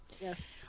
yes